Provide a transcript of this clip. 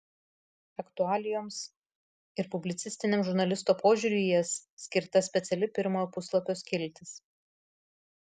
aktualijoms ir publicistiniam žurnalisto požiūriui į jas skirta speciali pirmojo puslapio skiltis